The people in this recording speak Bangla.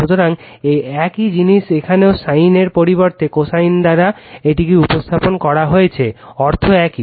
সুতরাং একই জিনিস এখানেও sin এর পরিবর্তে কোসাইন দ্বারা এটিকে উপস্থাপন করা হয়েছে অর্থ একই